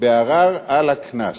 בערר על הקנס.